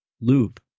loop